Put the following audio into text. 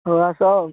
ହଉ ଆସ ଆଉ